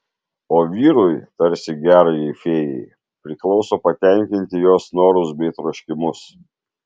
o vyrui tarsi gerajai fėjai priklauso patenkinti jos norus bei troškimus